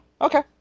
Okay